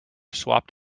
swapped